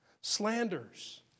Slanders